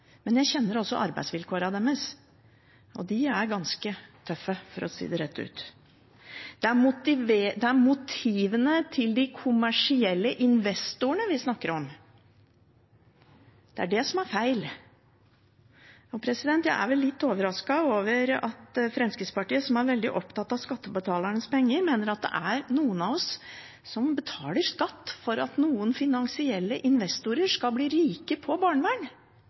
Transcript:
men jeg kjenner også arbeidsvilkårene deres, og de er ganske tøffe, for å si det rett ut. Det er motivene til de kommersielle investorene vi snakker om, det er det som er feil. Jeg er litt overrasket over at Fremskrittspartiet, som er veldig opptatt av skattebetalernes penger, mener at noen av oss skal betale skatt for at noen finansielle investorer skal bli rike på barnevern.